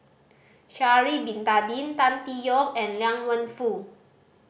Sha'ari Bin Tadin Tan Tee Yoke and Liang Wenfu